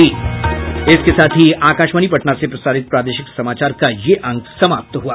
इसके साथ ही आकाशवाणी पटना से प्रसारित प्रादेशिक समाचार का ये अंक समाप्त हुआ